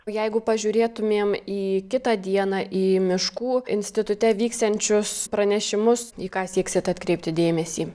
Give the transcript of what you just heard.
jeigu pažiūrėtumėm į kitą dieną į miškų institute vyksiančius pranešimus į ką sieksit atkreipti dėmesį